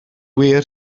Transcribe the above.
wir